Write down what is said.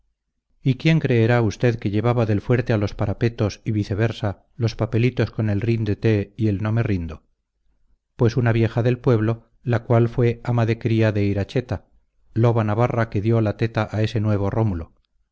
y quién creerá usted que llevaba del fuerte a los parapetos y viceversa los papelitos con el ríndete y el no me rindo pues una vieja del pueblo la cual fue ama de cría de iracheta loba navarra que dio la teta a ese nuevo rómulo